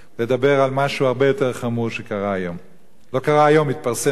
לדבר על משהו הרבה יותר חמור שהתפרסם היום.